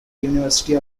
university